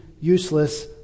useless